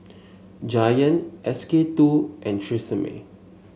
Giant S K two and Tresemme